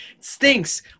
stinks